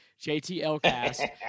JTLcast